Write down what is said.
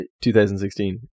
2016